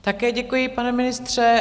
Také děkuji, pane ministře.